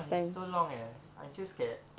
!wah! it's so long eh aren't you scared